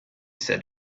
said